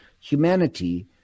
humanity